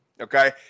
okay